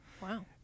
Wow